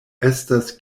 estas